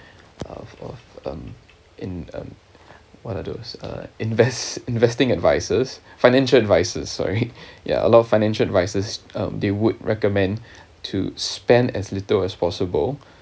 uh of um in um what are those uh invest investing advices financial advisors sorry ya a lot of financial advisors um they would recommend to spend as little as possible